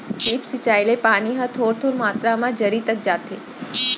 drip सिंचई ले पानी ह थोर थोर मातरा म जरी तक जाथे